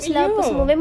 !aiyo!